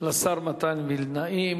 לשר מתן וילנאי.